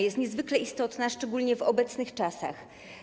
Jest niezwykle istotna szczególnie w obecnych czasach.